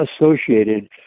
associated